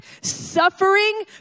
suffering